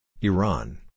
Iran